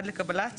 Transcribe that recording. עד לקבלת